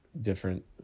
different